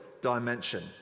dimension